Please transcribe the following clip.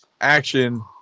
action